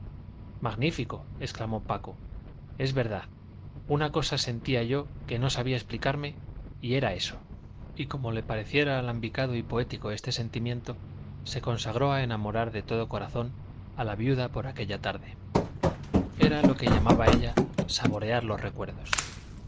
magnífico exclamó paco es verdad una cosa sentía yo que no sabía explicarme y era eso y como le pareciera alambicado y poético este sentimiento se consagró a enamorar de todo corazón a la viuda por aquella tarde era lo que llamaba ella saborear los recuerdos